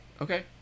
Okay